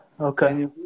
Okay